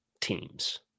teams